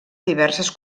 diverses